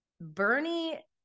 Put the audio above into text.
Bernie